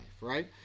right